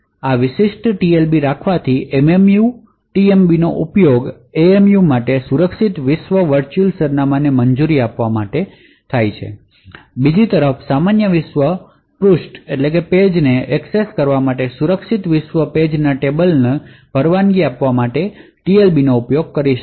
આ વિશિષ્ટ TLB રાખવાથી MMU TMB નો ઉપયોગ એમએમયુ માટે સુરક્ષિત વિશ્વ વર્ચુઅલ સરનામાંને મંજૂરી આપવા માટે સમર્થ હશે બીજી તરફ સામાન્ય વિશ્વ પેજ ને એક્સેસ કરવા માટે સુરક્ષિત વિશ્વ પેજ ના ટેબલને પરવાનગી આપવા માટે TLB નો ઉપયોગ કરી શકશે